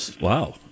Wow